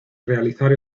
realizar